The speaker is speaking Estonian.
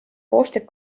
koostööd